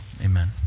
Amen